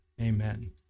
amen